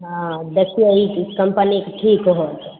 हॅं देखियौ ई कम्पनीके ठीक होयत